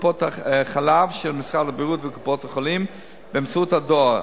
טיפות-חלב של משרד הבריאות וקופות-החולים ובאמצעות הדואר.